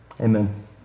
Amen